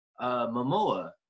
Momoa